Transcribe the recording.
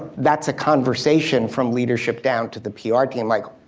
that's a conversation from leadership down to the pr team like,